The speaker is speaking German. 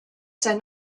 sein